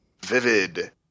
vivid